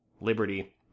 liberty